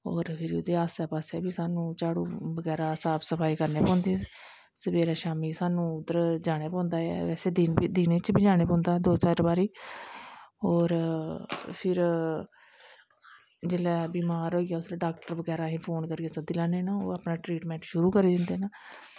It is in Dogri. फिर ओह्दे आस्सै पास्सै बी स्हानू झाड़ू बगैरा साफ सफाई करनीं पौंदी सवेरैं शाम्मी स्हानू उध्दर जानां पौंदा ऐ दिन च बी जानां पौंदा ऐ दो तिन्न बारी और फिर जिसलै बमार होई जा फिर अस डाक्टर बगैरा सद्दी लैन्नें न ओह् अपनां ट्रीटमैंट शुरु करी दिंदे न